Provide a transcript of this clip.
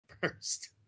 first